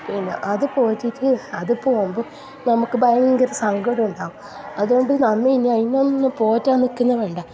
പിന്നെ അത് പോറ്റിയിട്ട് അത് പോവുമ്പോൾ നമുക്ക് ഭയങ്കര സങ്കടമുണ്ടാവും അതോണ്ട് നമ്മൾ ഇനി അതിനെ ഒന്നും പോറ്റാൻ നിക്കന്നെ വേണ്ട